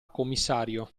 commissario